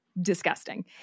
disgusting